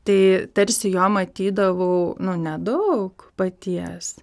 tai tarsi jo matydavau nu nedaug paties